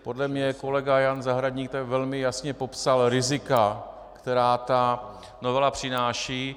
Podle mě kolega Jan Zahradník tady velmi jasně popsal rizika, která ta novela přináší.